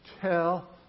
Tell